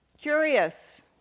Curious